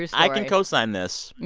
yeah i can co-sign this.